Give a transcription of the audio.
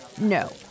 no